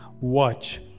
watch